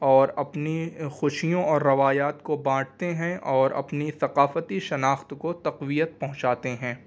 اور اپنی خوشیوں اور روایات کو بانٹتے ہیں اور اپنی ثقافتی شناخت کو تقویت پہنچاتے ہیں